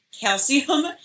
calcium